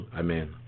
Amen